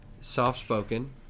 Soft-spoken